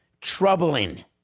troubling